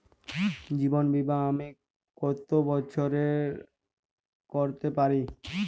জীবন বীমা আমি কতো বছরের করতে পারি?